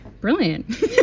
Brilliant